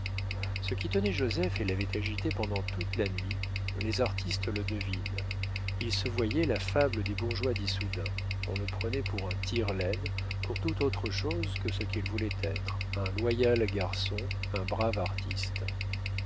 ce qui tenait joseph et l'avait agité pendant toute la nuit les artistes le devinent il se voyait la fable des bourgeois d'issoudun on le prenait pour un tire laine pour tout autre chose que ce qu'il voulait être un loyal garçon un brave artiste